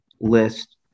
list